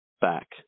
back